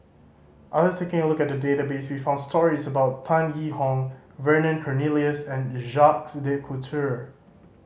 after taking a look at the database we found stories about Tan Yee Hong Vernon Cornelius and Jacques De Coutre